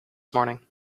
morning